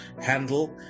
handle